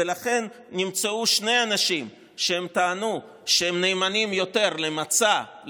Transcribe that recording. ולכן נמצאו שני אנשים שטענו שהם נאמנים יותר למצע,